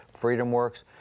FreedomWorks